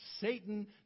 Satan